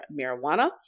marijuana